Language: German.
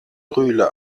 rühle